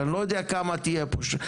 אני לא יודע כמה תהיה פה,